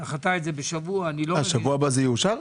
שבוע הבא זה יאושר?